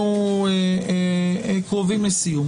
אנחנו קרובים לסיום